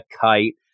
kite